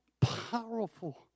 powerful